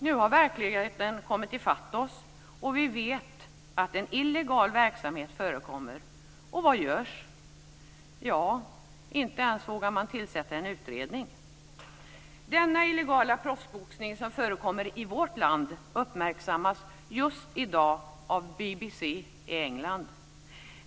Nu har verkligheten kommit i fatt oss. Vi vet att en illegal verksamhet förekommer. Vad görs? Man vågar inte ens tillsätta en utredning. Den illegala proffsboxning som förekommer i vårt land uppmärksammas just i dag av BBC i England.